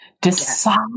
Decide